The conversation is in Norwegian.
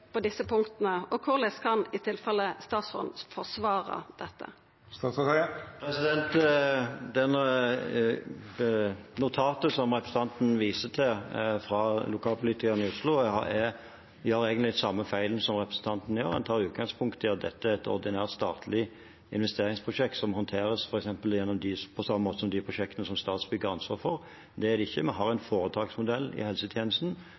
på desse punkta, og korleis kan i tilfelle statsråden forsvara dette? Det notatet fra lokalpolitikeren i Oslo som representanten viste til, gjør egentlig den samme feilen som representanten gjør. En tar utgangspunkt i at dette er et ordinært statlig investeringsprosjekt, som håndteres på samme måten som f.eks. de prosjektene som Statsbygg har ansvar for. Det er det ikke. Vi har en foretaksmodell i helsetjenesten